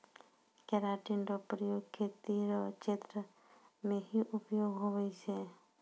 keratin रो प्रयोग खेती रो क्षेत्र मे भी उपयोग हुवै छै